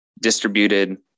distributed